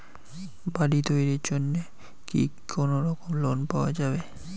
বাড়ি তৈরির জন্যে কি কোনোরকম লোন পাওয়া যাবে?